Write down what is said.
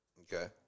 Okay